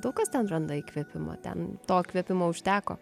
daug kas ten randa įkvėpimo ten to kvėpimo užteko